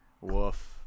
Woof